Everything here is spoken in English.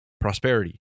prosperity